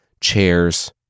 chairs